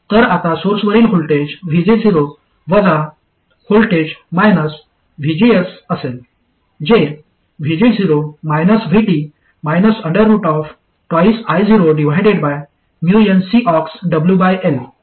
तर आता सोर्सवरील व्होल्टेज VG0 वजा व्होल्टेज VGS असेल जे VG0 VT 2I0nCox आहे